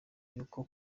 y’uko